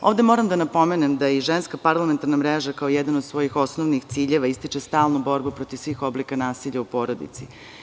Ovde moram da napomenem da Ženska parlamentarna mreža kao jedan od svojih osnovnih ciljeva ističe stalnu borbu protiv svih oblika nasilja u porodici.